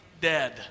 dead